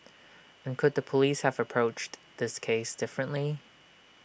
and could the Police have approached this case differently